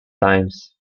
times